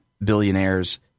billionaire's